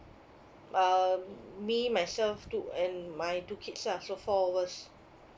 um me myself two and my two kids lah so four of us